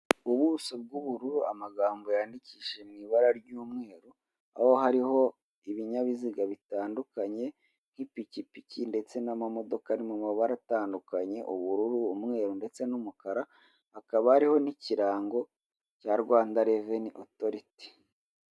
Ubuso bw'ubururu amagambo yandikishije mu ibara ry'umweru, aho hariho ibinyabiziga bitandukanye nk'ipikipiki ndetse n'amamodoka ari mu mabara atandukanye, ubururu, umweru ndetse n'umukara, hakaba ariho n'ikirango cya Rwanda reveni otoriti.